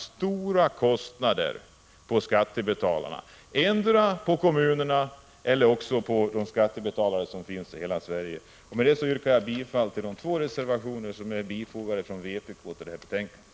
Vidare kommer skattebetalarna — i berörda kommuner eller i landet över huvud taget — att få bära stora kostnader. Med detta yrkar jag bifall till de två reservationer från vpk som fogats till detta betänkandet.